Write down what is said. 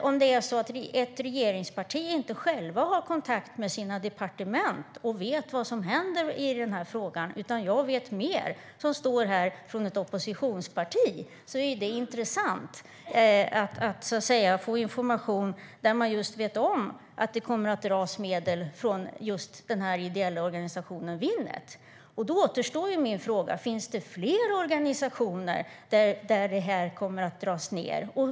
Om ett regeringsparti inte självt har kontakt med sina departement och vet vad som händer i frågan utan det är jag, som är från ett oppositionsparti, som vet mer är det intressant att få information. Man vet att det kommer att dras medel från just den ideella organisationen Winnet. Då återstår min fråga: Finns det fler organisationer där det kommer att dras ned?